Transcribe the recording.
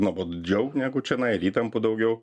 nuobodžiau negu čionai ir įtampų daugiau